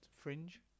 Fringe